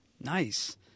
Nice